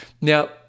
now